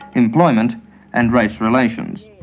employment and race relations.